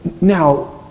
Now